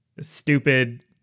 stupid